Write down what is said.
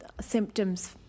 symptoms